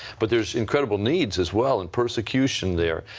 but there are incredible needs as well and persecution there.